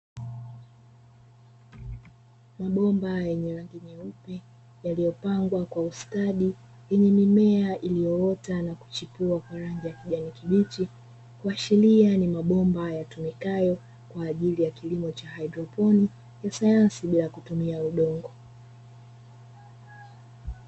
Mabomba yenye rangi nyeupe yaliyopangwa kwa ustadi, yenye mimea iliyoota na kuchipua kwa rangi ya kijani kibichi, kuashiria ni mabomba yatumikayo kwa ajili ya kilimo cha haidroponi; ya sayansi bila kutumia udongo.